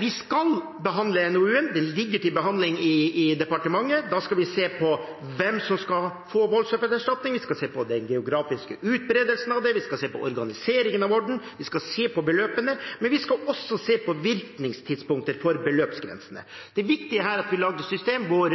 Vi skal behandle NOU-en, den ligger til behandling i departementet. Da skal vi se på hvem som skal få voldsoffererstatning, vi skal se på den geografiske utbredelsen av det, vi skal se på organiseringen, vi skal se på beløpene, men vi skal også se på virkningstidspunkter for beløpsgrensene. Det viktige her er at vi lager et system hvor